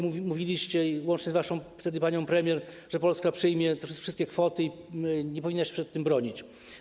Mówiliście wtedy, łącznie z waszą panią premier, że Polska przyjmie te wszystkie kwoty i nie powinna się przed tym bronić.